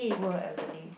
poor elderly